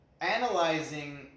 analyzing